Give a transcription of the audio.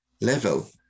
level